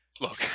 Look